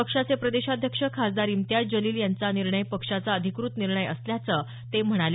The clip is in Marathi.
पक्षाचे प्रदेशाध्यक्ष खासदार इम्तियाज जलील यांचा निर्णय पक्षाचा अधिकृत निर्णय असल्याचं ते म्हणाले